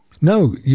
no